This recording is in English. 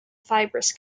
fibrous